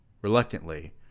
Reluctantly